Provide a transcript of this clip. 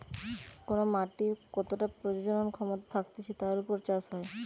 কোন মাটির কতটা প্রজনন ক্ষমতা থাকতিছে যার উপর চাষ হয়